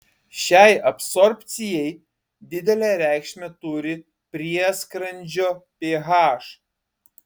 šiai absorbcijai didelę reikšmę turi prieskrandžio ph